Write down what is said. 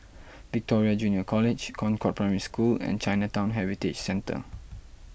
Victoria Junior College Concord Primary School and Chinatown Heritage Centre